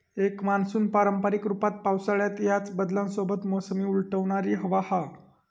एक मान्सून पारंपारिक रूपात पावसाळ्यात ह्याच बदलांसोबत मोसमी उलटवणारी हवा हा